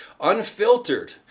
unfiltered